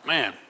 Man